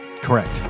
Correct